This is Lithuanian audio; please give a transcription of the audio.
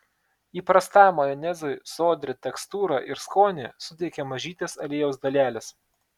įprastam majonezui sodrią tekstūrą ir skonį suteikia mažytės aliejaus dalelės